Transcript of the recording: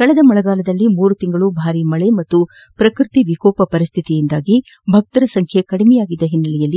ಕಳೆದ ಮಳೆಗಾಲದಲ್ಲಿ ಮೂರು ತಿಂಗಳು ಭಾರೀ ಮಳೆ ಹಾಗೂ ಪ್ರಕೃತಿ ವಿಕೋಪ ಪರಿಸ್ಥಿತಿಯಿಂದಾಗಿ ಭಕ್ತರ ಸಂಖ್ಯೆ ಕಡಿಮೆಯಾದ ಕಾರಣ